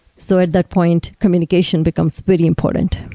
so at that point, communication becomes very important.